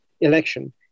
election